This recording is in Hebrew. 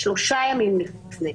3 ימים לפני.